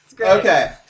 Okay